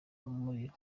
umuriro